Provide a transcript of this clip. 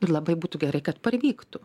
ir labai būtų gerai kad parvyktų